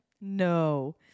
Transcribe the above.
no